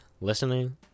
listening